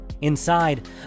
Inside